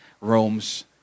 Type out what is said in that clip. Rome's